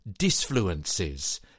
disfluences